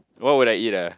what would I eat ah